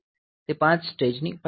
તે 5 સ્ટેજની પાઇપલાઇન